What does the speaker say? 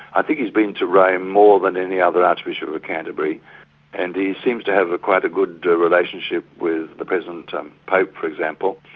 i think he's been to rome more than any other archbishop of canterbury and he seems to have quite a good relationship with the present and pope for example.